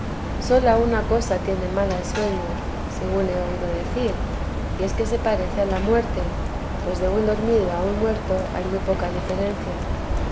sola una cosa tiene mala el sueño según he oído decir y es que se parece a la muerte pues de un dormido a un muerto hay muy poca diferencia